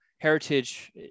Heritage